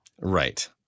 Right